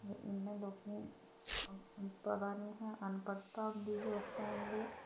ते इनें लोकें पता नेहा अनपढ़ता होंदी ही उस टाइम ते